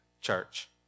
church